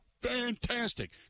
fantastic